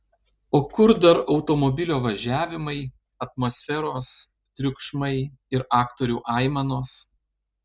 o kur dar automobilio važiavimai atmosferos triukšmai ir aktorių aimanos